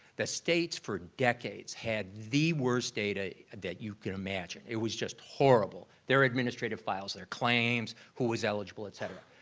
the states for decades had the worse data that you can imagine. it was just horrible, their administrative files, their claims, who was eligible, et cetera.